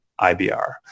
IBR